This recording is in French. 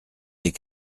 des